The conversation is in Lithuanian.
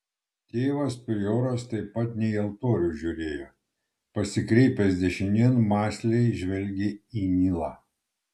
tėvas prioras taip pat ne į altorių žiūrėjo pasikreipęs dešinėn mąsliai žvelgė į nilą